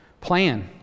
Plan